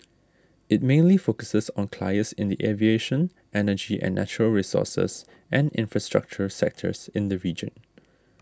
it mainly focuses on clients in the aviation energy and natural resources and infrastructure sectors in the region